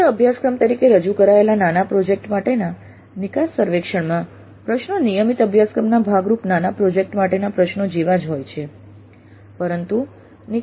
સ્વતંત્ર અભ્યાસક્રમ તરીકે રજૂ કરાયેલા નાના પ્રોજેક્ટ માટેના નિકાસ સર્વેક્ષણમાં પ્રશ્નો નિયમિત અભ્યાસક્રમના ભાગરૂપ નાના પ્રોજેક્ટ માટેના પ્રશ્નો જેવા જ હોય છે